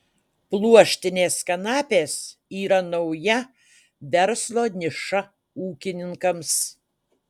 pluoštinės kanapės yra nauja verslo niša ūkininkams